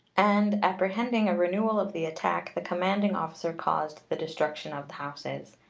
and, apprehending a renewal of the attack, the commanding officer caused the destruction of the houses.